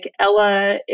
Ella